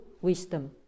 wisdom